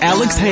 Alex